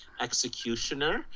executioner